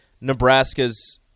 Nebraska's